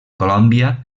colòmbia